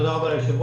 תודה רבה ליושב-ראש,